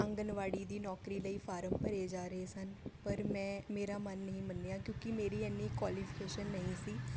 ਆਂਗਨਵਾੜੀ ਦੀ ਨੌਕਰੀ ਲਈ ਫਾਰਮ ਭਰੇ ਜਾ ਰਹੇ ਸਨ ਪਰ ਮੈਂ ਮੇਰਾ ਮਨ ਨਹੀਂ ਮੰਨਿਆ ਕਿਉਂਕਿ ਮੇਰੀ ਐਨੀ ਕੁਆਲੀਫਿਕੇਸ਼ਨ ਨਹੀਂ ਸੀ